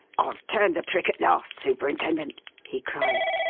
i've turned the trick at last, superintendent, he cried.